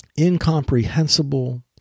incomprehensible